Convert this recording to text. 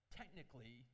technically